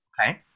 Okay